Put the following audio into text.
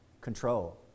control